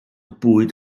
bwyd